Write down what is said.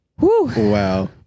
Wow